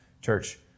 Church